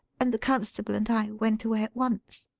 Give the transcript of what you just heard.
and the constable and i went away at once.